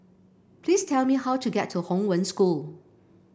please tell me how to get to Hong Wen School